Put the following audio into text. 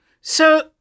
So-